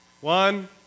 one